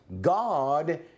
God